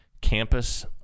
campus